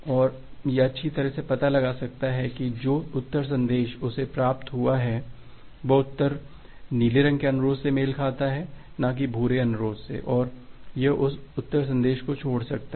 और यह अच्छी तरह से पता लगा सकता है कि जो उत्तर संदेश उसे प्राप्त हुआ है वह उत्तर नीले रंग के अनुरोध से मेल खाता है न कि भूरा अनुरोध से और यह उस उत्तर संदेश को छोड़ सकता है